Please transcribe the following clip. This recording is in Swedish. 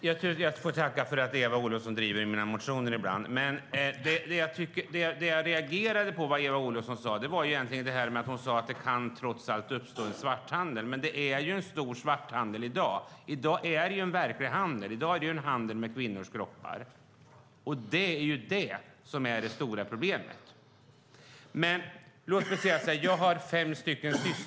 Herr talman! Jag får tacka för att Eva Olofsson driver mina motioner ibland. Det jag reagerade på i det Eva Olofsson sade var att det trots allt kan uppstå en svarthandel. Det är i dag en stor svarthandel. I dag är det en verklig handel med kvinnors kroppar. Det är det stora problemet. Jag har fem systrar.